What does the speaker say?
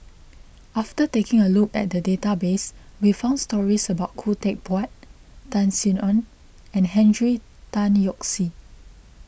after taking a look at the database we found stories about Khoo Teck Puat Tan Sin Aun and Henry Tan Yoke See